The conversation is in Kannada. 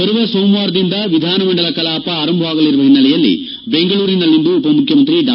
ಬರುವ ಸೋಮವಾರದಿಂದ ವಿಧಾನಮಂಡಲ ಕಲಾಪ ಆರಂಭವಾಗಲಿರುವ ಹಿನ್ನೆಲೆಯಲ್ಲಿ ಬೆಂಗಳೂರಿನಲ್ಲಿಂದು ಉಪಮುಖ್ಯಮಂತ್ರಿ ಡಾ